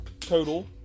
total